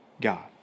God